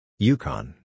Yukon